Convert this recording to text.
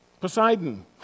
Poseidon